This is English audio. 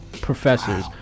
professors